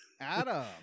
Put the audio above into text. Adam